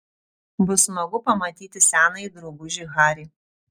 bus smagu pamatyti senąjį draugužį harį